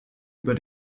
über